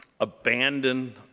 abandon